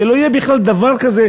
שלא יהיה בכלל דבר כזה,